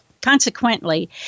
Consequently